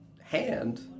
hand